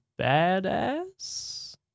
badass